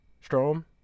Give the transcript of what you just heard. Strom